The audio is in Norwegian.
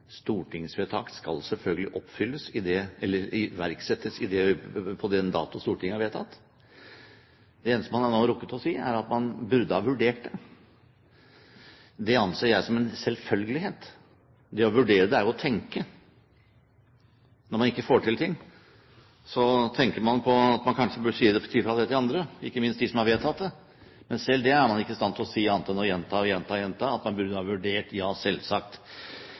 stortingsvedtak skal selvfølgelig iverksettes på den dato Stortinget har vedtatt. Det eneste man nå har rukket å si, er at man burde ha vurdert det. Det anser jeg som en selvfølgelighet. Det å vurdere er jo å tenke. Når man ikke får til ting, tenker man på at man kanskje bør si fra om det til andre, ikke minst til dem som har vedtatt det. Men selv det er man ikke i stand til å si, annet enn å gjenta og gjenta og gjenta at man burde ha vurdert – ja, selvsagt.